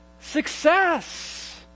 success